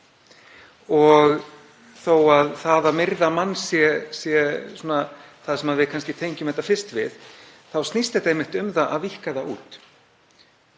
Þótt það að myrða mann sé það sem við kannski tengjum þetta fyrst við þá snýst þetta einmitt um að víkka það út.